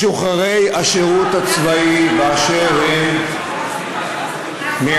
משוחררי השירות הצבאי באשר הם מהמגזר